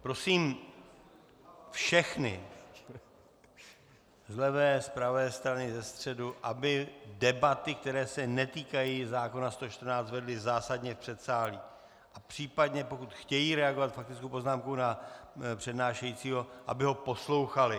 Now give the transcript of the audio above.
Prosím všechny z levé, z pravé strany, ze středu, aby debaty, které se netýkají zákona č. 114, vedli zásadně v předsálí, a případně pokud chtějí reagovat faktickou poznámkou na přednášejícího, aby ho poslouchali.